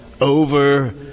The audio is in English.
over